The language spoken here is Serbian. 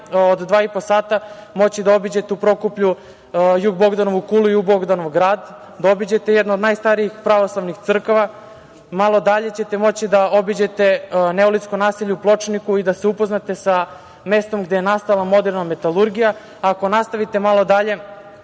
od 2,5 časova moći da obiđete u Prokuplju Jug Bogdanovu kulu i Jug Bogdanov grad, da obiđete jednu od najstarijih pravoslavnih crkava. Malo dalje ćete moći da obiđete neolitsko naselje u Pločniku i da se upoznate sa mestom gde je nastala moderna metalurgija. Ako nastavite malo dalje,